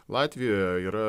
latvija yra